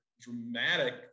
dramatic